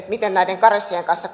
miten on näiden karenssien kanssa